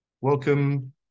Welcome